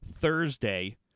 Thursday